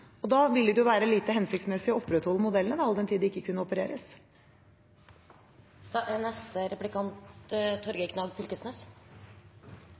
Da vil det være lite hensiktsmessig å opprettholde modellene, all den tid de ikke kunne opereres. Det er